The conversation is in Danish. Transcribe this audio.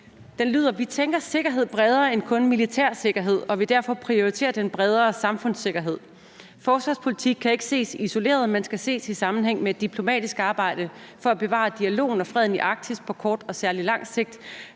de lyder: »Vi tænker sikkerhed bredere end kun militær sikkerhed og vil derfor prioritere den bredere samfundssikkerhed. Forsvarspolitikken kan ikke ses isoleret set, men skal ses i sammenhæng med et diplomatisk arbejde for at bevare dialogen og freden i Arktis på kort og særlig langt sigt,